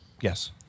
Yes